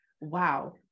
wow